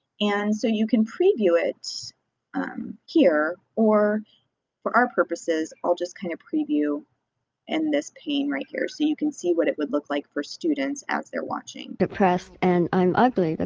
and so you can preview it um here or for our purposes i'll just kind of preview in this pane right here so you can see what it would look like for students as they're watching. depressed, and i'm ugly. but